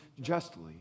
justly